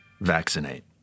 vaccinate